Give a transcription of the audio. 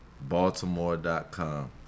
Baltimore.com